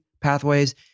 pathways